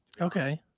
Okay